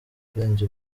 kurenza